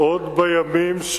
ביום ו'